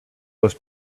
was